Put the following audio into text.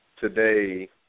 today